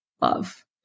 love